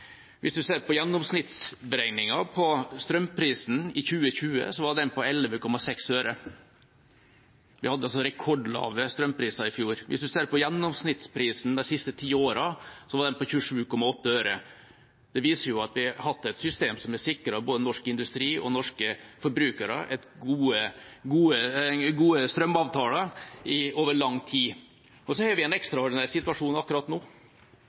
Hvis man ser på gjennomsnittsberegningen på strømprisen i 2020, var den på 11,6 øre. Vi hadde altså rekordlave strømpriser i fjor. Hvis man ser på gjennomsnittsprisen de siste 10 årene, var den på 27,8 øre. Det viser jo at vi har hatt et system som har sikret både norsk industri og norske forbrukere gode strømavtaler over lang tid. Så har vi en ekstraordinær situasjon akkurat nå,